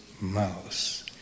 mouse